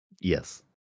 Yes